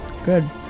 Good